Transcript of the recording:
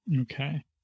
Okay